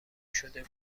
شده